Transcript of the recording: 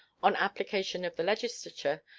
on application of the legislature,